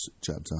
chapter